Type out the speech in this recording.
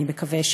אני מקווה,